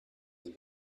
sie